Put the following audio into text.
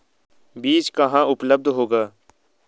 बीज कहाँ उपलब्ध होगा?